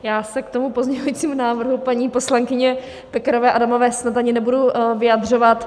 Já se k tomu pozměňovacímu návrhu paní poslankyně Pekarové Adamové snad ani nebudu vyjadřovat.